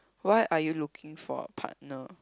why are you looking for a partner